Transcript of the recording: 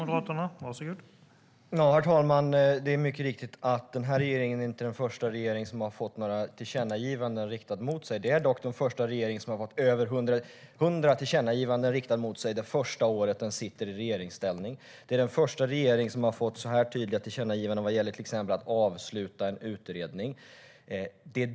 Herr talman! Det är mycket riktigt så att regeringen inte är den första regering som har fått tillkännagivanden riktade mot sig. Det är dock den första regering som har fått över hundra tillkännagivanden riktade mot sig under det första året i regeringsställning. Det är den första regering som har fått så här tydliga tillkännagivanden, till exempel om att avsluta en utredning.